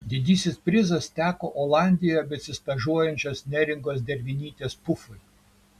didysis prizas teko olandijoje besistažuojančios neringos dervinytės pufui